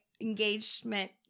engagement